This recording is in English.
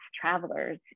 travelers